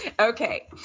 Okay